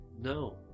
No